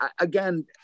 again